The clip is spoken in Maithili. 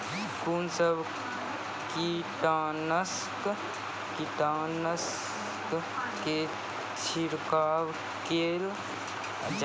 कून सब कीटनासक के छिड़काव केल जाय?